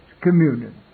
communion